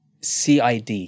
CID